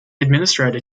administrator